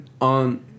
on